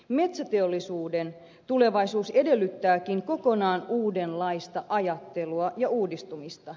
metsäteollisuuden tulevaisuus edellyttääkin kokonaan uudenlaista ajattelua ja uudistumista